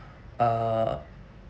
uh